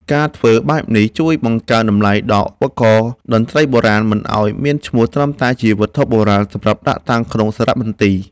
ការធ្វើបែបនេះជួយបង្កើនតម្លៃដល់ឧបករណ៍តន្ត្រីបុរាណ មិនឱ្យមានឈ្មោះត្រឹមតែជាវត្ថុបុរាណសម្រាប់ដាក់តាំងក្នុងសារមន្ទីរ។